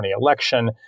election